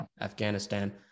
afghanistan